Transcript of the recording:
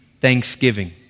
thanksgiving